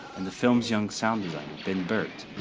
and the film's young sound designer, ben burtt,